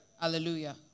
Hallelujah